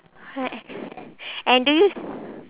and do you